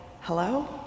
hello